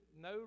no